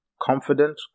confident